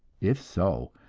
if so,